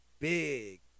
big